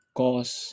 cause